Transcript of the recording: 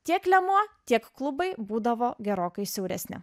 tiek liemuo tiek klubai būdavo gerokai siauresni